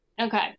okay